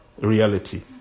reality